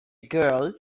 girl